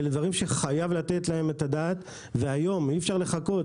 אלה דברים שחייבים לתת עליהם את הדעת והיום צריך אי אפשר לחכות.